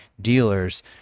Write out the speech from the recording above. dealers